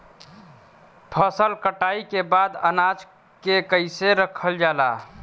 फसल कटाई के बाद अनाज के कईसे रखल जाला?